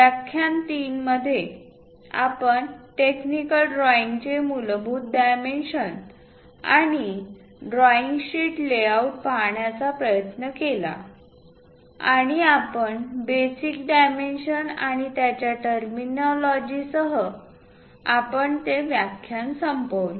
व्याख्यान 3 मध्ये आपण टेक्निकल ड्रॉईंगचे मूलभूत डायमेन्शन्स आणि ड्रॉईंग शीट लेआऊट पाहण्याचा प्रयत्न केला आणि आपण बेसिक डायमेन्शन आणि त्याच्या टर्मिनॉलॉजीसह आपण ते व्याख्यान संपवले